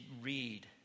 read